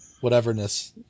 whateverness